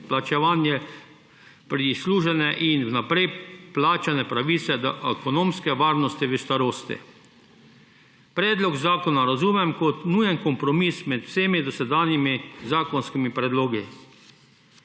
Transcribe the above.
izplačevanje prislužene in vnaprej plačane pravice do ekonomske varnosti v starosti, razumem predlog zakona kot nujen kompromis med vsemi dosedanjimi zakonskimi predlogi.